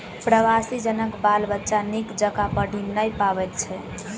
प्रवासी जनक बाल बच्चा नीक जकाँ पढ़ि नै पबैत छै